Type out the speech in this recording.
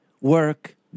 work